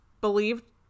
believed